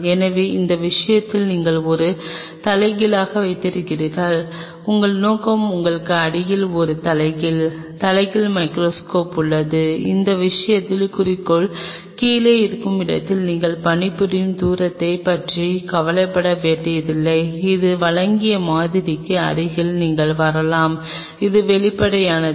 எனவே அந்த விஷயத்தில் நீங்கள் ஒரு தலைகீழாக வைத்திருக்கிறீர்கள் உங்கள் நோக்கம் உங்களுக்கு அடியில் ஒரு தலைகீழ் தலைகீழ் மைகிரோஸ்கோப் உள்ளது அந்த விஷயத்தில் குறிக்கோள் கீழே இருக்கும் இடத்தில் நீங்கள் பணிபுரியும் தூரத்தைப் பற்றி கவலைப்பட வேண்டியதில்லை இது வழங்கிய மாதிரிக்கு அருகில் நீங்கள் வரலாம் அது வெளிப்படையானது